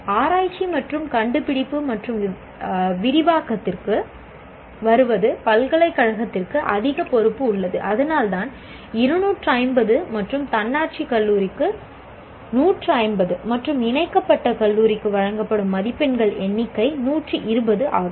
ஆராய்ச்சி மற்றும் கண்டுபிடிப்பு மற்றும் விரிவாக்கத்திற்கு வருவது பல்கலைக்கழகத்திற்கு அதிக பொறுப்பு உள்ளது அதனால்தான் 250 மற்றும் தன்னாட்சி கல்லூரி 150 மற்றும் இணைக்கப்பட்ட கல்லூரிக்கு வழங்கப்படும் மதிப்பெண்களின் எண்ணிக்கை 120 ஆகும்